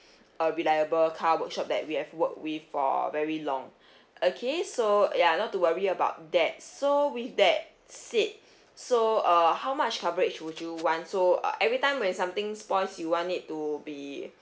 a reliable car workshop that we have work with for very long okay so ya not to worry about that so with that said so uh how much coverage would you want so uh every time when something spoils you want it to be